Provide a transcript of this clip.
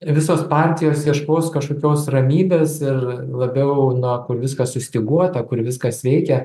visos partijos ieškos kažkokios ramybės ir labiau na kur viskas sustyguota kur viskas veikia